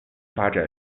发展